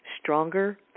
stronger